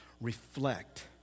Reflect